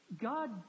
God